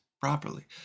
properly